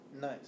Nice